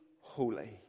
holy